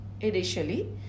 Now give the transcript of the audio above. initially